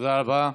תודה רבה.